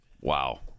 Wow